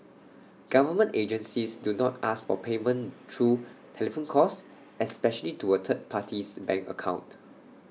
government agencies do not ask for payment through telephone calls especially to A third party's bank account